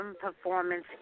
Performance